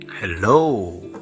hello